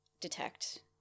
detect